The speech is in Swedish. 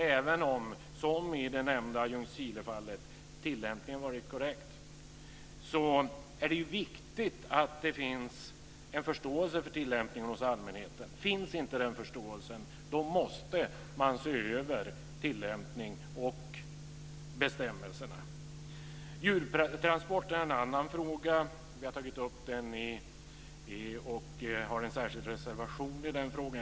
Även om, som i det nämnda Ljungskilefallet, tillämpningen har varit korrekt är det viktigt att det finns en förståelse för tillämpningen hos allmänheten. Om den förståelsen inte finns måste man se över tillämpningen och bestämmelserna. En annan fråga handlar om djurtransporter. Vi har tagit upp den frågan och har en särskild reservation när det gäller den.